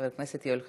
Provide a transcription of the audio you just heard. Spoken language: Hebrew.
חבר הכנסת יואל חסון?